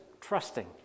trusting